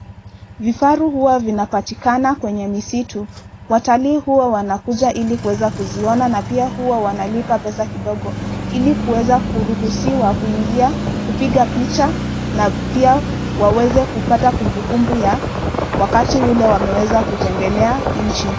Vifaru huwa vinapatikana kwenye misitu. Watali huwa wanakuja ili kweza kuziona na piya huwa wanalipa pesa kidogo ili kweza kuruhusiwa kuingia, kupiga picha, na piya waweze kupata kumbukumbu ya wakati ule wameweza kutembelea inchi.